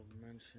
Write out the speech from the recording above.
mention